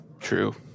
true